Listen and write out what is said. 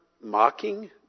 mocking